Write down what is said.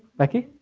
becky?